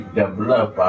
develop